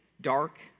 dark